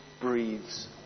breathes